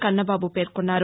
కన్నబాబు పేర్కొన్నారు